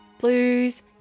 blues